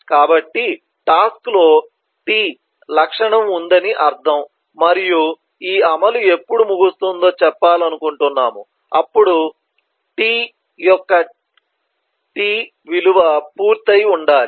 కాబట్టి టాస్క్ లో t లక్షణం ఉందని అర్థం మరియు ఈ అమలు ఎప్పుడు ముగుస్తుందో చెప్పాలనుకుంటున్నాము అప్పుడు t యొక్క t విలువ పూర్తి అయి ఉండాలి